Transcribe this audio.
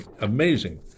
Amazing